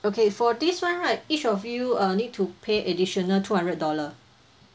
okay for this one right each of you uh need to pay additional two hundred dollar